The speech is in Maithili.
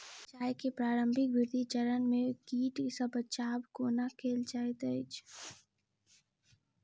मिर्चाय केँ प्रारंभिक वृद्धि चरण मे कीट सँ बचाब कोना कैल जाइत अछि?